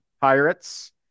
Pirates